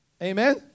Amen